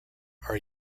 are